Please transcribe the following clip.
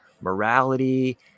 morality